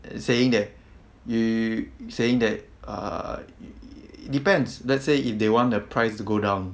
saying that yo~ saying that err depends let's say if they want the prices go down